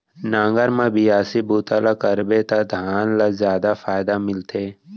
नांगर म बियासी बूता ल करबे त धान ल जादा फायदा मिलथे